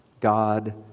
God